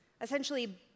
essentially